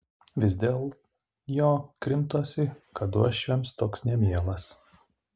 vis dėl jo krimtosi kad uošviams toks nemielas